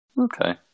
Okay